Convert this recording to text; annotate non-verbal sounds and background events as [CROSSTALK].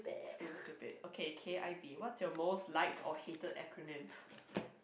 school's stupid okay K_I_V what's your most liked or hated acronym [BREATH]